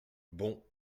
bon